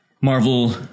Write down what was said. Marvel